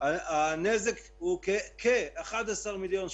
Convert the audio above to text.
הנזק הוא כ-11 מיליון שקלים.